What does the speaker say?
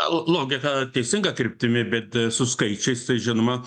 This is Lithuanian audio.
l logika teisinga kryptimi bet su skaičiais tai žinoma